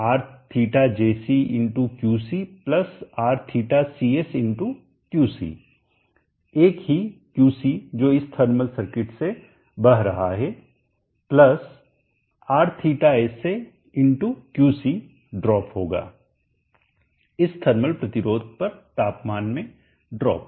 तो Rθjc Qc Rθcs QC एक ही क्यूसी जो इस थर्मल सर्किट से बह रहा है Rθsa QC ड्रॉप होगा इस थर्मल प्रतिरोध पर तापमान में ड्रॉप